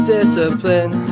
Discipline